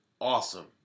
awesome